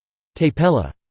tapella